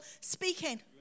speaking